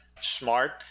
smart